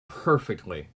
perfectly